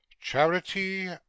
Charity